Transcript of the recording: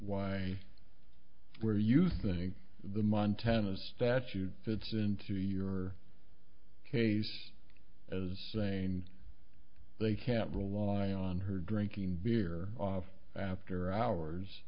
why where you think the montana statute fits into your case as saying they can't rely on her drinking beer off after hours